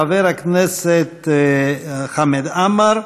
חבר הכנסת חמד עמאר,